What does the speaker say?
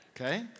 Okay